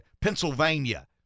Pennsylvania